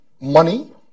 money